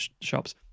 shops